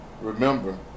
remember